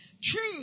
True